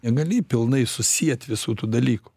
negali pilnai susiet visų tų dalykų